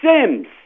Sims